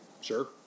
Sure